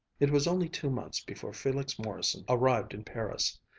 it was only two months before felix morrison arrived in paris.